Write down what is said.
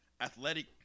athletic